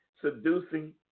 seducing